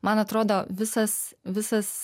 man atrodo visas visas